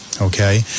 Okay